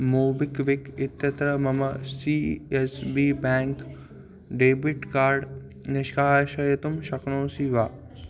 MobiKwik इत्यत्र मम C S B bank debit card निष्कासयितुं शक्नोषि वा